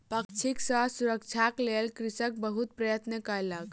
पक्षी सॅ सुरक्षाक लेल कृषक बहुत प्रयत्न कयलक